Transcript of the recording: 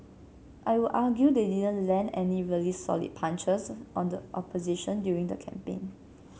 I would argue they didn't land any really solid punches on the opposition during the campaign